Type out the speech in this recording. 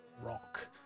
rock